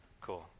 Cool